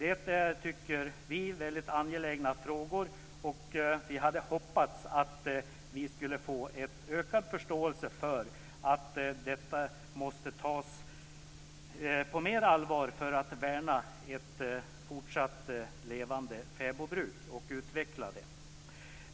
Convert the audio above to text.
Det är, tycker vi, väldigt angelägna frågor, och vi hade hoppats att vi skulle få en ökad förståelse för att detta måste tas på mer allvar om vi ska kunna värna ett fortsatt levande fäbodbruk och utveckla det.